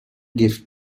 gifts